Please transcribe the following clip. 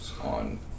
on